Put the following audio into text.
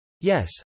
yes